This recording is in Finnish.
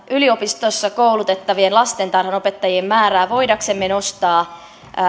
yliopistossa koulutettavien lastentarhanopettajien määrää voidaksemme nostaa